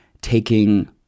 taking